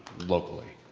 locally,